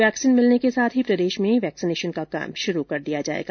vaccine मिलने के साथ ही प्रदेश में वैक्सीनेशन का काम शुरू कर दिया जायेगा